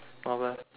not bad